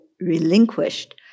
relinquished